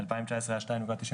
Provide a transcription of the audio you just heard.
2019 היה 2.92%,